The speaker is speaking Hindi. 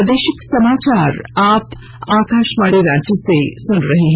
प्रादेशिक समाचार आप आकाशवाणी रांची से सुन रहे हैं